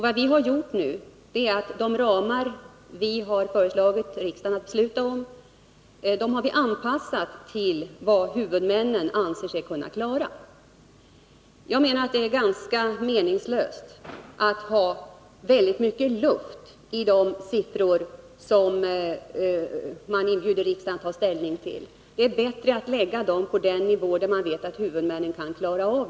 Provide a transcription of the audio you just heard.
Vad vi har gjort är att vi anpassat de ramar som vi föreslagit riksdagen att fatta beslut om till vad huvudmännen ansett sig kunna klara. Det är ganska meningslöst att inbjuda riksdagen att ta ställning till siffror med mycket ”luft” i. Det är bättre att lägga antalet antagningsplatser på en nivå som man vet att huvudmännen kan klara.